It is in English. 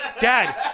Dad